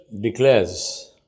declares